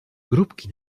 grupki